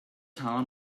town